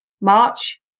march